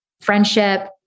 friendship